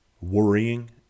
worrying